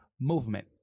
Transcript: movement